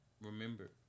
remember